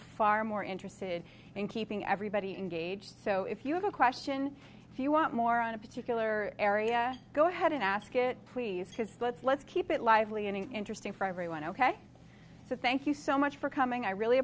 far more interested in keeping everybody engaged so if you have a question if you want more on a particular area go ahead and ask it please just let's let's keep it lively and interesting for everyone ok so thank you so much for coming i really